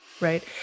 Right